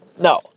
No